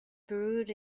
brewed